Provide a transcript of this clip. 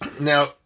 Now